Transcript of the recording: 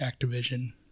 Activision